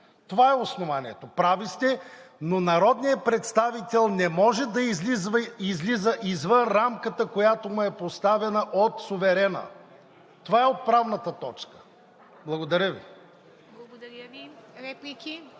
Това е основанието. Прави сте, но народният представител не може да излиза извън рамката, която му е поставена от суверена. Това е отправната точка. Благодаря Ви.